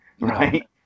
right